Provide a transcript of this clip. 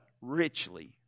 Richly